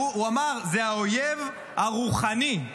הוא אמר: האויב הרוחני.